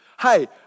Hey